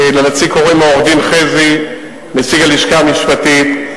לנציג קוראים עורך-דין חזי, נציג הלשכה המשפטית.